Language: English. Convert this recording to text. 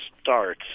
starts